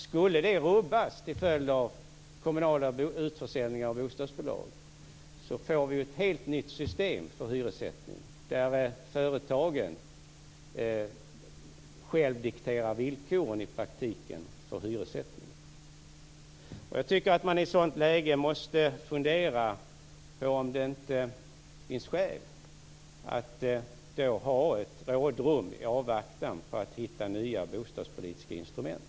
Skulle det rubbas till följd av utförsäljning av kommunala bostadsbolag får vi ju ett helt nytt system för hyressättning, där företagen i praktiken själva dikterar villkoren för hyressättningen. Jag tycker att man i ett sådant läge måste fundera på om det inte finns skäl att ha ett rådrum för att hitta nya bostadspolitiska instrument.